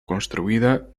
construïda